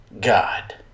God